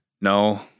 no